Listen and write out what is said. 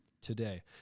today